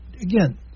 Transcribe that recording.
again